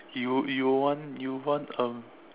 you you want you want um